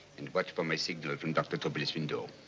and watch for my signal from dr. tobel's window.